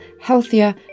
healthier